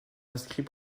inscrits